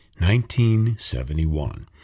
1971